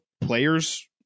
players